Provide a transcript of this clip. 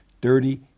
dirty